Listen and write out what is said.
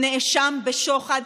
הנאשם בשוחד,